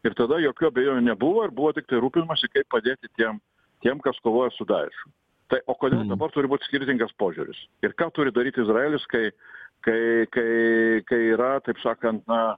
ir tada jokių abejonių nebuvo ir buvo tiktai rūpinamasi kaip padėti tiem tiem kas kovoja su daješu tai o kodėl dabar turi būt skirtingas požiūris ir ką turi daryt izraelis kai kai kai yra taip sakant na